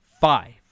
Five